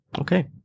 Okay